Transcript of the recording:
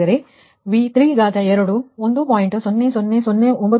ಆದ್ದರಿಂದ ನೀವು ಹಾಗೆ ಮಾಡಿದರೆ V32 ವು 1